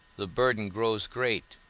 the burden grows great